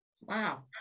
Wow